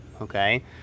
Okay